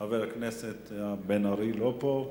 חבר הכנסת בן-ארי לא פה.